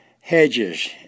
hedges